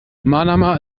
manama